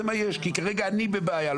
זה מה יש, כי כרגע אני בבעיה.